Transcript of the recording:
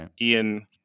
Ian